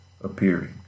appearing